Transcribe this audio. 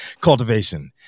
cultivation